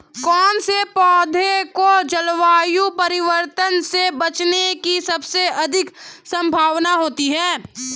कौन से पौधे को जलवायु परिवर्तन से बचने की सबसे अधिक संभावना होती है?